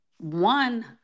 one